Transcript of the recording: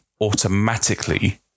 automatically